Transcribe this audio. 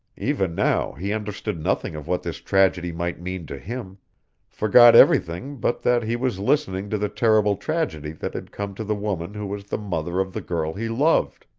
even now he understood nothing of what this tragedy might mean to him forgot everything but that he was listening to the terrible tragedy that had come to the woman who was the mother of the girl he loved.